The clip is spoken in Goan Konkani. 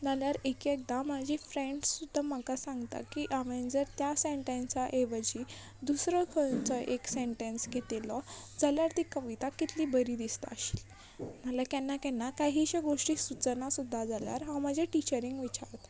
नाल्या एकएकदां म्हाजी फ्रेंड्स सुद्दां म्हाका सांगता की हांवेंन जर त्या सेन्टेंसा ऐवजी दुसरो खंयचोय एक सेन्टेंस घेतिल्लो जाल्यार ती कविता कितली बरी दिसता आशिल्ली नाल्या केन्ना केन्ना काहीशे गोश्टी सुचना सुद्दां जाल्यार हांव म्हजे टिचरीक विचारतां